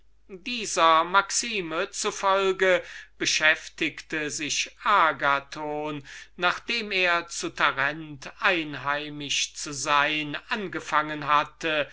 dieser maxime zufolge beschäftigte sich agathon nachdem er zu tarent einheimisch zu sein angefangen hatte